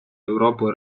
європу